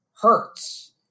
hurts